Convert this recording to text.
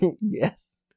Yes